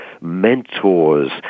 mentors